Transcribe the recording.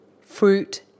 fruit